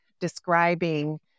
describing